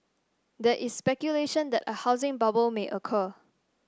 there is speculation that a housing bubble may occur